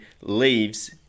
leaves